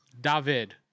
David